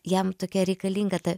jam tokia reikalinga ta